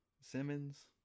Simmons